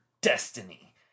destiny